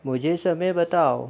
मुझे समय बताओ